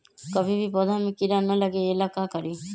कभी भी पौधा में कीरा न लगे ये ला का करी?